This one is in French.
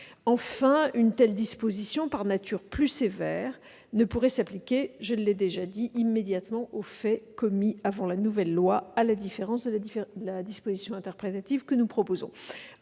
une telle disposition, par nature plus sévère, ne pourrait s'appliquer, je l'ai déjà dit, immédiatement aux faits commis avant la nouvelle loi, à la différence de la disposition interprétative que nous proposons.